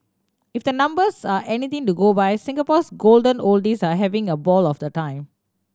if the numbers are anything to go by Singapore's golden oldies are having a ball of the time